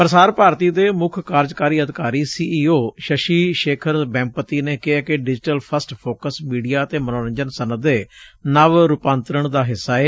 ਪ੍ਸਾਰ ਭਾਰਤੀ ਦੇ ਮੁੱਖ ਕਾਰਜਕਾਰੀ ਅਧਿਕਾਰੀ C E O Sashi Shekhar Vempati ਨੇ ਕਿਹੈ ਕਿ ਡਿਜੀਟਲ ਫਸਟ ਫੋਕਸ ਮੀਡੀਆ ਅਤੇ ਮਨੋਰੰਜਨ ਸੱਨਅਤ ਦੇ ਨਵ ਰੂਪਾਂਤਰਣ ਦਾ ਹਿੱਸਾ ਏ